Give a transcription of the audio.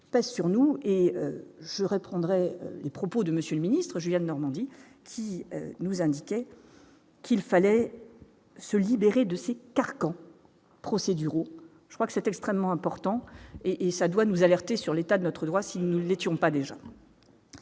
pèse sur nous et je reprendrais les propos de monsieur le ministre, Normandie nous indiquait. Qu'il fallait se libérée de ses carcans procéduraux, je crois que c'est extrêmement important et ça doit nous alerter sur l'état de notre droit, si nous n'étions pas des